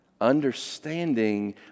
Understanding